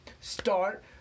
start